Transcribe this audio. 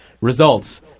results